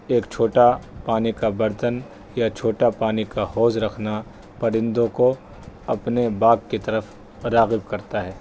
ایک چھوٹا پانی کا برتن یا چھوٹا پانی کا حوض رکھنا پرندوں کو اپنے باغ کی طرف راغب کرتا ہے